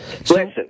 Listen